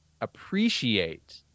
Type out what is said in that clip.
appreciate